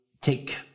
take